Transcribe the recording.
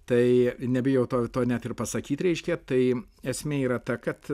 tai nebijau to to net ir pasakyt reiškia tai esmė yra ta kad